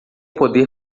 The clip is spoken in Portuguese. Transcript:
poder